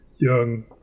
young